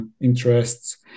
interests